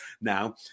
now